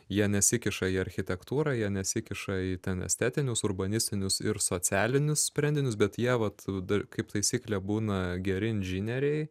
jie nesikiša į architektūrą jie nesikiša į ten estetinius urbanistinius ir socialinius sprendinius bet jie vat dar kaip taisyklė būna geri inžinieriai